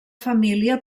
família